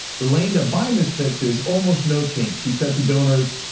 the lane that biden has picked is, almost no change. he said to donors,